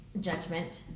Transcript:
judgment